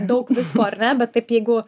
daug visko ar ne bet taip jeigu